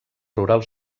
rural